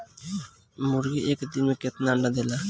मुर्गी एक दिन मे कितना अंडा देला?